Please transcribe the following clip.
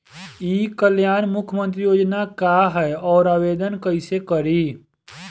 ई कल्याण मुख्यमंत्री योजना का है और आवेदन कईसे करी?